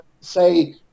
say